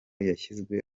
yashyizwe